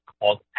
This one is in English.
called